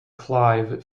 clive